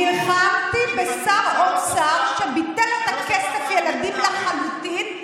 נלחמתי בשר אוצר שביטל את כסף הילדים לחלוטין,